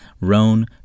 Roan